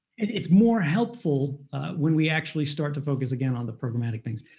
and it's more helpful when we actually start to focus again on the problematic things.